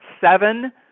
seven